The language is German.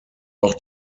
auch